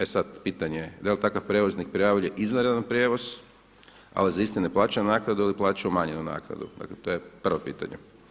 E sada pitanje, da li takav prijevoznik prijavljuje izvanredan prijevoz, ali za isti ne plaća naknadu ili plaća umanjenu naknadu, dakle to je prvo pitanje.